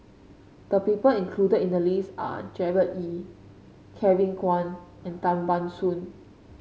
the people included in the list are Gerard Ee Kevin Kwan and Tan Ban Soon